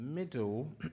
middle